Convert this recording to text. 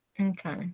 Okay